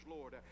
Lord